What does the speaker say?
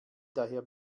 daher